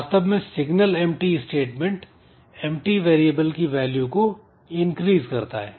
वास्तव में signal empty statement empty variable की वैल्यू को इनक्रीज़ करता है